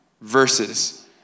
verses